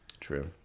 True